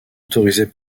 autorisée